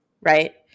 right